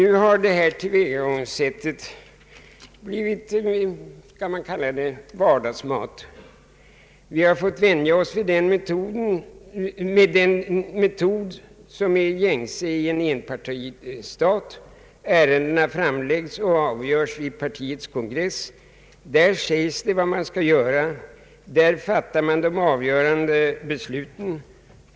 Nu har det tillvägagångssättet blivit något av vardagsmat. Vi har fått vänja oss vid den metod som är gängse i en enpartistat. Ärendena framläggs och avgörs vid partiets kongress. Där sägs vad man skall göra, där fattas de avgörande besluten.